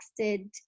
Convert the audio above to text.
texted